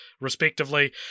respectively